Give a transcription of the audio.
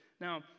Now